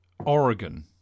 oregon